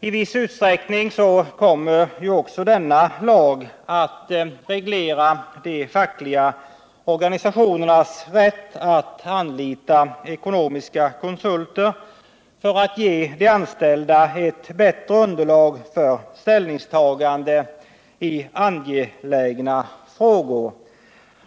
I viss utsträckning kommer också denna lag att reglera de fackliga organisationernas rätt att anlita ekonomiska konsulter för att ge de anställda ett bättre underlag för ställningstaganden i angelägna frågor.